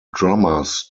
drummers